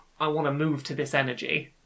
I-want-to-move-to-this-energy